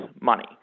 money